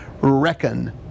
reckon